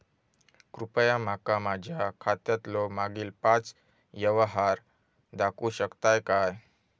कृपया माका माझ्या खात्यातलो मागील पाच यव्हहार दाखवु शकतय काय?